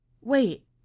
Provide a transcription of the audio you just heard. Wait